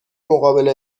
مقابل